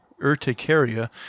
urticaria